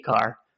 car